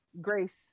grace